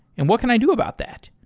and what can i do about that?